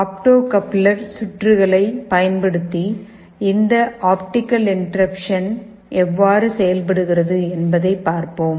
opto coupler சுற்றுகளை பயன்படுத்தி இந்த ஆப்டிகல் இன்டெர்ருப்சன் எவ்வாறு செயல்படுகிறது என்பதைப் பார்ப்போம்